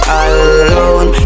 alone